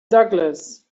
douglas